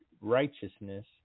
righteousness